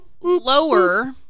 lower